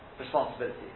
responsibility